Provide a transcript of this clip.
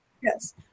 yes